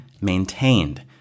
maintained